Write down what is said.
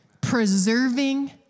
preserving